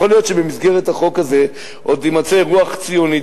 יכול להיות שבמסגרת החוק הזה עוד תימצא רוח ציונית,